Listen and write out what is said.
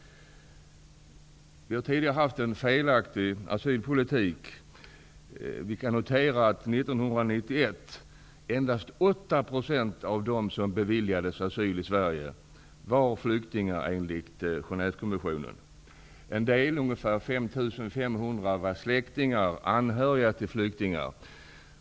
Vi har tidigare haft en felaktig asylpolitik. Vi kan notera att endast 8 % av dem som beviljades asyl i Genèvekonventionen. En del -- ungefär 5 500 -- var släktingar, anhöriga till flyktingar.